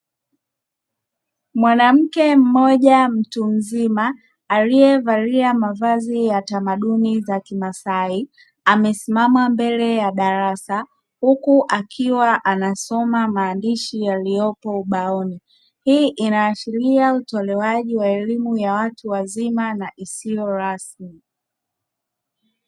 Mwanamke mmoja mtu mzima aliyevalia mavazi ya tamaduni za kimasai, amesimama mbele ya darasa huku akiwa anasoma maandishi yaliyopo ubaoni. Hii inaashiria utolewaji wa elimu ya watu wazima na isiyo rasmi.